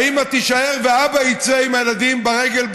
האימא תישאר והאבא יצא עם הילדים ברגל,